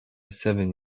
seven